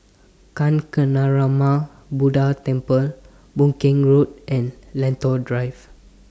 Kancanarama Buddha Temple Boon Keng Road and Lentor Drive